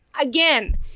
Again